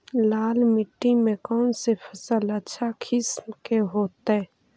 लाल मिट्टी में कौन से फसल अच्छा किस्म के होतै?